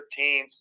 13th